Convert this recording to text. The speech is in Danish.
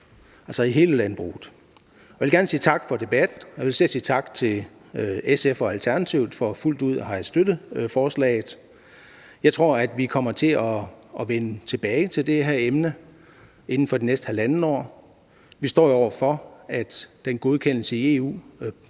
altså i hele landbruget. Og jeg vil gerne sige tak for debatten, og jeg vil især sige tak til SF og Alternativet for fuldt ud at have støttet forslaget. Jeg tror, at vi kommer til at vende tilbage til det her emne inden for det næste 1 ½ år. Vi står jo over for, at godkendelsen i EU